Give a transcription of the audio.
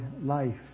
life